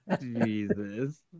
Jesus